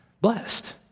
Blessed